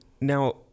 now